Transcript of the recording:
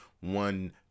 one